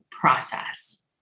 process